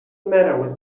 matter